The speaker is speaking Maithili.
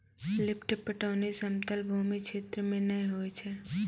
लिफ्ट पटौनी समतल भूमी क्षेत्र मे नै होय छै